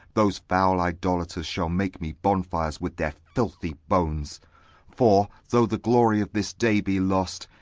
those foul idolaters shall make me bonfires with their filthy bones for, though the glory of this day be lost,